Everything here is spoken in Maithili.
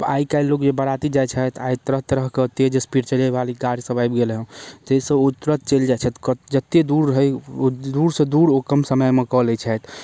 आइ काल्हि लोक जे बराती जाइत छथि एहि तरह तरहके तेज स्पीड चलै बाली कार सब आबि गेल हँ जाहिसँ ओ तुरत चलि जाय छथि कतहुँ जतेक दूर होय ओ दूर से दूर ओ कम समयमे कऽ लैत छथि